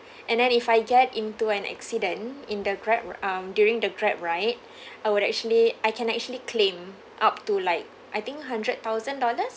and then if I get into an accident in the Grab um during the Grab ride I would actually I can actually claim up to like I think hundred thousand dollars